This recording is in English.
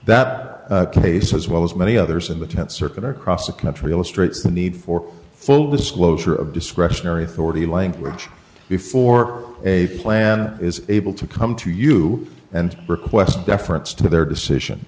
that case as well as many others in the th circuit or across the country illustrates the need for full disclosure of discretionary authority language before a plan is able to come to you and request deference to their decision